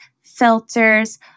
filters